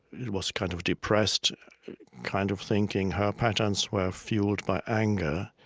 it was kind of depressed kind of thinking. her patterns were fueled by anger.